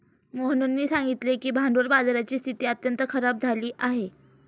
मोहननी सांगितले की भांडवल बाजाराची स्थिती अत्यंत खराब झाली आहे